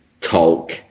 talk